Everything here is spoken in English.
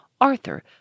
Arthur